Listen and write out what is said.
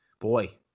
boy